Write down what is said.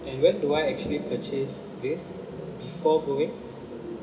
and when do I actually purchase this before going